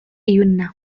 ilunena